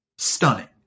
stunning